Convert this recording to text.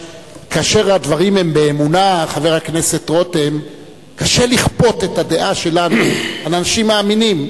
כאשר הדברים הם באמונה קשה לכפות את הדעה שלנו על אנשים מאמינים.